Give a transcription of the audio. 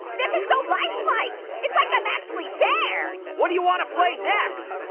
this is so life-like! it's like i'm actually there! what do you want to play next?